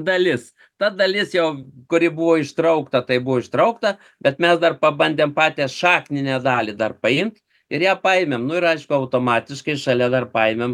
dalis ta dalis jo kuri buvo ištraukta tai buvo ištraukta bet mes dar pabandėm patę šakninę dalį dar paimt ir ją paėmėm nu ir aišku automatiškai šalia dar paėmėm